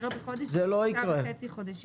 לא בחודש אלא בשלושה חודשים וחצי.